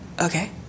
Okay